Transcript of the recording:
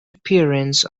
appearance